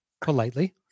politely